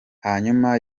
hanyuma